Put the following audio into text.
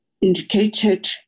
indicated